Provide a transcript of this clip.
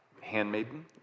handmaiden